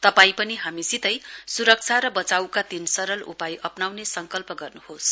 तपाईं पनि हामीसितै स्रक्षा र बचाईका तीन सरल उपाय अप्नाउने संकल्प गर्न्होस